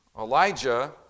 Elijah